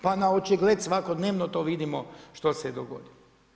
Pa na očigled svakodnevno to vidimo što se dogodilo.